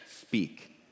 speak